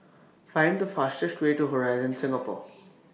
Find The fastest Way to Horizon Singapore